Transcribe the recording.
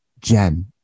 jen